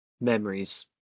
memories